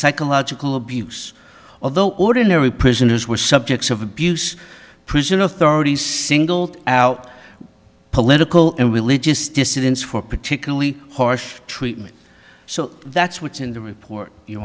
psychological abuse although ordinary prisoners were subjects of abuse prison authorities singled out political and religious dissidents for particularly harsh treatment so that's what's in the report you